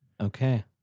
Okay